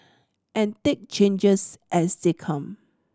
and take changes as they come